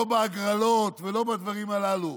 לא בהגרלות ולא בדברים הללו,